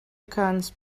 kannst